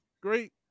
great